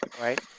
right